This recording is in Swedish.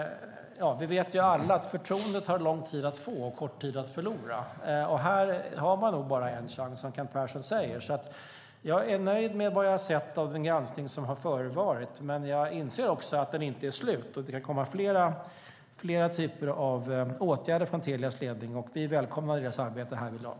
Vi vet alla att förtroende tar lång tid att få och kort tid att förlora. Här har man bara en chans, som Kent Persson säger. Jag är nöjd med vad jag har sett av den granskning som har förevarit, men jag inser också att den inte är slut. Det kan komma fler typer av åtgärder från Telias ledning, och vi välkomnar deras arbete härvidlag.